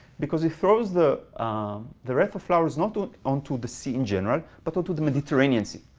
because he throws the the wreath of flowers not onto the sea in general, but to the mediterranean sea.